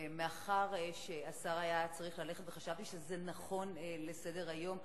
מאחר שהשר היה צריך ללכת וחשבתי שזה נכון לסדר-היום,